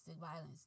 violence